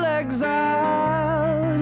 exile